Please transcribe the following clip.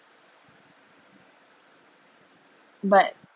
but